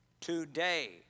Today